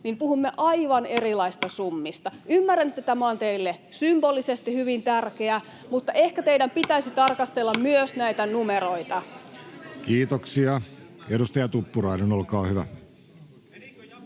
koputtaa] aivan erilaisista summista. Ymmärrän, että tämä on teille symbolisesti hyvin tärkeä, mutta ehkä teidän pitäisi tarkastella myös näitä numeroita. [Välihuutoja vasemmalta —